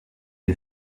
est